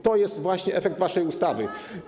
To jest właśnie efekt waszej ustawy.